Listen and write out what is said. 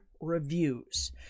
reviews